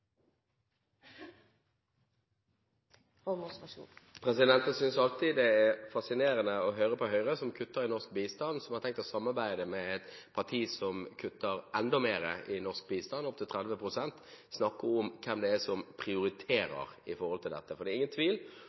å høre på Høyre, som kutter i norsk bistand, og som har tenkt å samarbeide med et parti som kutter enda mer i norsk bistand, opptil 30 pst., snakke om hvem det er som prioriterer når det gjelder dette. Det er ingen tvil